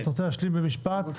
אתה רוצה להשלים במשפט?